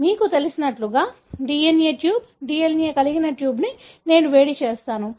కాబట్టి మీకు తెలిసినట్లుగా DNA ట్యూబ్ DNA కలిగిన ట్యూబ్ను నేను వేడి చేస్తాను